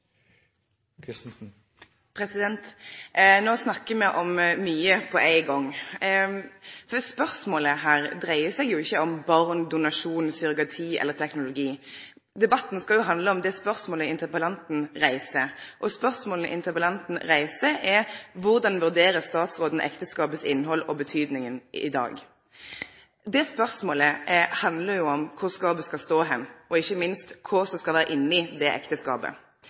snakkar me om mykje på ein gong, for spørsmålet her dreier seg ikkje om barn, donasjon, surrogati eller teknologi. Debatten skal handle om det spørsmålet interpellanten reiser, og spørsmålet interpellanten reiser, er: «hvordan vurderer statsråden ekteskapets innhold og betydningen i dag?» Det spørsmålet handlar om kvar skapet skal stå, og ikkje minst kva som skal vere inne i det ekteskapet.